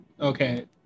Okay